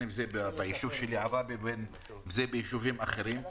ביישוב שלי עראבה ובין ביישובים אחרים.